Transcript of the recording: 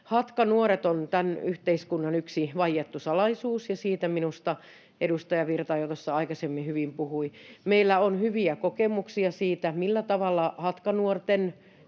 Hatkanuoret ovat tämän yhteiskunnan yksi vaiettu salaisuus, ja siitä minusta edustaja Virta jo tuossa aikaisemmin hyvin puhui. Meillä on hyviä kokemuksia siitä, millä tavalla hatkanuorten